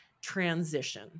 transition